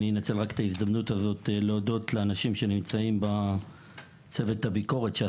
אני אנצל את ההזדמנות הזאת להודות לצוות הביקורת שיושב כאן בשורה מאחור,